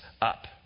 up